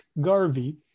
Garvey